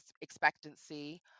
expectancy